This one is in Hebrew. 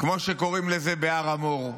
כמו שקוראים לזה בהר המור.